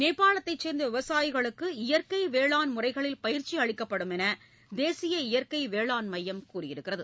நேபாளத்தைச் சேர்ந்த விவசாயிகளுக்கு இயற்கை வேளாண் முறைகளில் பயிற்சி அளிக்கப்படும் என்று தேசிய இயற்கை வேளாண் மையம் கூறியுள்ளது